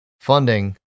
funding